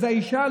אז האישה,